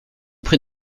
prie